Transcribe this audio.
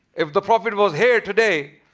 if the prophet was here today,